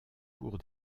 cours